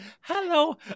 Hello